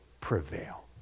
prevail